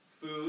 food